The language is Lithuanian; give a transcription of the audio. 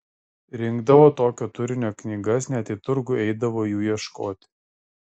rinkdavo tokio turinio knygas net į turgų eidavo jų ieškoti